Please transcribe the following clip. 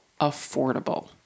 affordable